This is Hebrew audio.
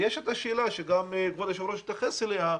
ויש את השאלה שגם יושב הראש התייחס אליה,